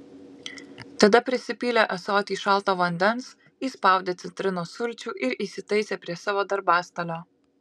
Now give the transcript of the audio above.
tada prisipylė ąsotį šalto vandens įspaudė citrinos sulčių ir įsitaisė prie savo darbastalio